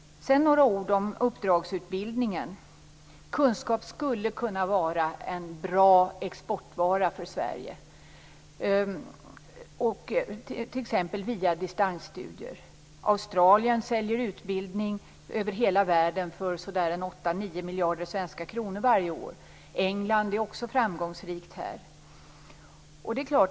Sedan några ord om uppdragsutbildningen. Kunskap skulle kunna vara en bra exportvara för Sverige, t.ex. via distansstudier. Australien säljer utbildning över hela världen för så där en 8-9 miljarder svenska kronor varje år. England är också framgångsrikt här.